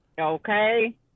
okay